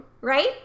Right